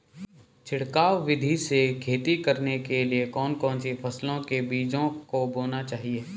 छिड़काव विधि से खेती करने के लिए कौन कौन सी फसलों के बीजों को बोना चाहिए?